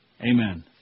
Amen